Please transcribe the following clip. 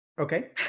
Okay